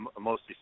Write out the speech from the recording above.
mostly